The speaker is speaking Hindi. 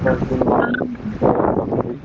दस दिन बाद मिल जाएगी सब चीज़